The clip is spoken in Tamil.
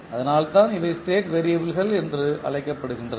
அதனால்தான் இவை ஸ்டேட் வேறியபிள்கள் என்று அழைக்கப்படுகின்றன